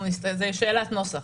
זו שאלת נוסח.